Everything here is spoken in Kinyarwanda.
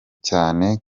cyane